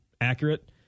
accurate